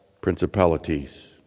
principalities